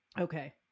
Okay